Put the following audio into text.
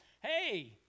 hey